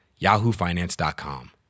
yahoofinance.com